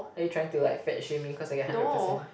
are you trying to like fat shaming cause I get hundred percent